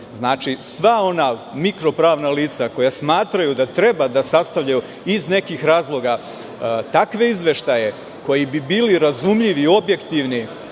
Znači, sva ona mikro pravna lica koja smatraju da treba da sastavljaju iz nekih razloga takve izveštaje koji bi bili razumljivi i objektivni,